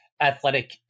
athletic